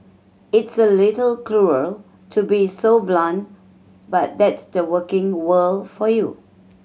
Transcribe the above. it's a little cruel to be so blunt but that's the working world for you